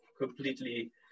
completely